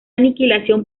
aniquilación